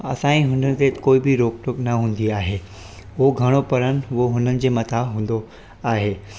असांजी हुनते कोई बि रोक टोक न हूंदी आहे उहो घणो पढ़ण उहो उन्हनि जे मथां हूंदो आहे